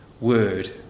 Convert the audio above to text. word